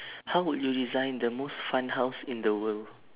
how would you design the most fun house in the world